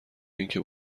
اینکه